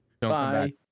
Bye